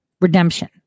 Redemption